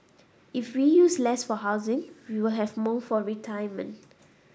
if we use less for housing we will have more for retirement